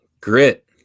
Grit